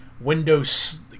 Windows